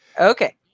Okay